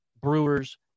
brewers